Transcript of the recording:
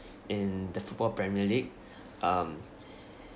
in the football premier league um